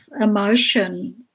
emotion